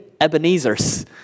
Ebenezer's